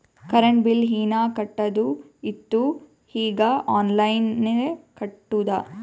current bill ಹೀನಾ ಕಟ್ಟದು ಇತ್ತು ಈಗ ಆನ್ಲೈನ್ಲೆ ಕಟ್ಟುದ